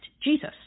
Jesus